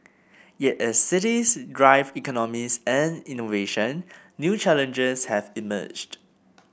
yet as cities drive economies and innovation new challenges have emerged